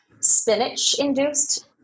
spinach-induced